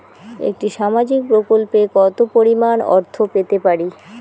একটি সামাজিক প্রকল্পে কতো পরিমাণ অর্থ পেতে পারি?